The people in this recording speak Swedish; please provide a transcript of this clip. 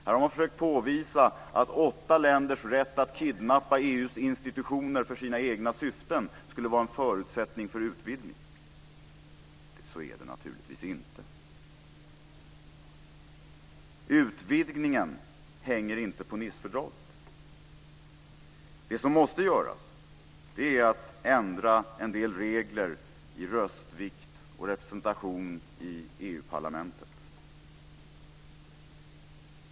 Här har man försökt påvisa att åtta länders rätt att kidnappa EU:s institutioner för sina egna syften skulle vara en förutsättning för utvidgningen. Så är det naturligtvis inte. Utvidgningen hänger inte på Nicefördraget. Det som måste göras är att ändra en del regler när det gäller röstvikt och representation i EU-parlamentet.